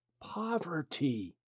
poverty